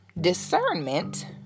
discernment